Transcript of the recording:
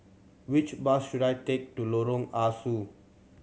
which bus should I take to Lorong Ah Soo